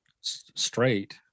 straight